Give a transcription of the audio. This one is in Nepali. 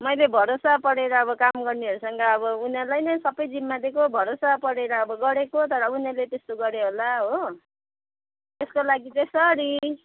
मैले भरोसा परेर अब काम गर्नेहरूसँग अब उनीहरूलाई नै सबै जिम्मा दिएको भरोसा परेर अब गरेको तर उनीहरूले त्यस्तो गऱ्यो होला हो त्यसको लागि चाहिँ सरी